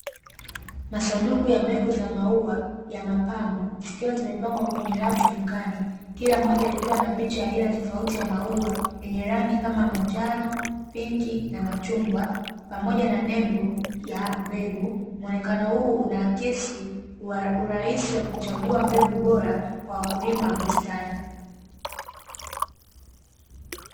Masanduku ya mbegu za maua ya mapambo, zikiwa zimepangwa kwenye rafu dukani, kila moja ikiwa na aina tofauti ya maua yenye rangi kama manjano, pinki, na machungwa, pamoja na nembo ya mbegu. Muonekano huu unaakisi urahisi wa kuchagua mbegu bora, kwa wakulima wa bustani.